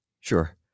Sure